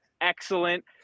excellent